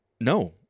No